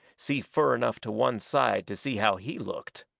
see fur enough to one side to see how he looked.